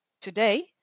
Today